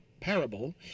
parable